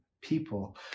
people